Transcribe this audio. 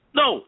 no